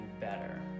better